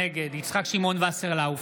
נגד יצחק שמעון וסרלאוף,